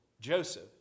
Joseph